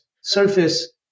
surface